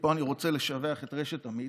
ופה אני רוצה לשבח את רשת אמית.